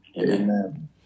Amen